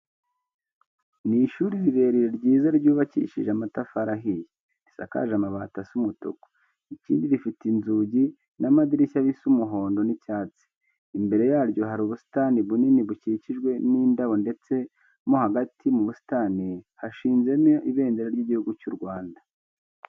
Ni ishuri rirerire ryiza ryubakishije amatafari ahiye, risakaje amabati asa umutuku. Ikindi rifite inzugi n'amadirishya bisa umuhondo n'icyatsi. Imbere yaryo hari ubusitani bunini bukikijwe n'indabo ndeste mo hagati mu busitani hashinzemo Ibendera ry'Igihugu cy'u Rwanda.